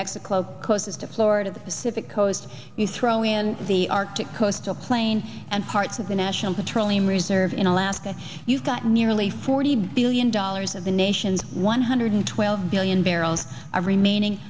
mexico coast of florida the pacific coast you throw in the arctic coastal plain and parts of the national petroleum reserve in alaska you've got nearly forty billion dollars of the nation's one hundred twelve billion barrels are remaining